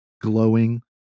glowing